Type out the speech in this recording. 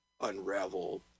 unravel